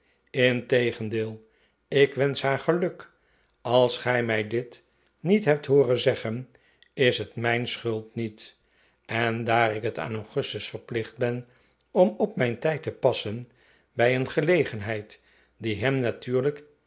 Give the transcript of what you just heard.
integendeel ik wensch haar geluk als gij mij dit niet hebt hooren zeggen is het mijn schuld niet en daar ik het aan augustus verplicht ben om op mijn tijd te passen bij een gelegenheid die hem natuurlijk